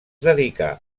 dedicà